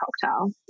cocktail